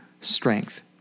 strength